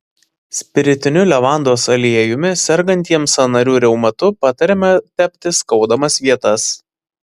spiritiniu levandos aliejumi sergantiems sąnarių reumatu patariama tepti skaudamas vietas